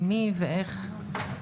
ממי ואיך.